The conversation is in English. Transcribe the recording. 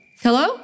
hello